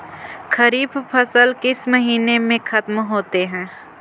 खरिफ फसल किस महीने में ख़त्म होते हैं?